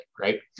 right